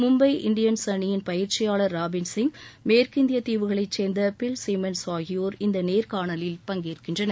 Mumbai Indians அணியின் பயிற்சியாளர் ராபின்சிங் மேற்கிந்திய தீவுகளை சேர்ந்த பில் சிமென்ஸ் ஆகியோர் இந்த நேர்காணலில் பங்கேற்கின்றனர்